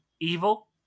evil